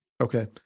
Okay